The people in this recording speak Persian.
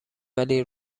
ولی